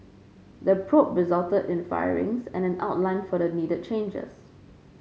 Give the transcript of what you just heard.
the probe resulted in firings and an outline for needed changes